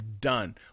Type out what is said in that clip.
done